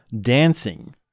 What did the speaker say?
dancing